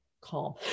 calm